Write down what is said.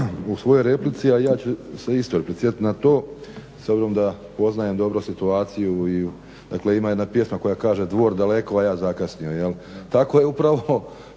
u svojoj replici a ja ću se isto replicirati na to s obzirom da poznajem dobro situaciju i dakle ima jedna pjesma koja kaže Dvor daleko, a ja zakasnio jel'. Tako je upravo